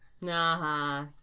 nah